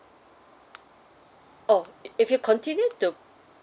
oh if you continue to